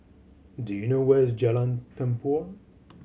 do you know where is Jalan Tempua